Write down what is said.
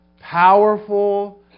powerful